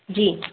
जी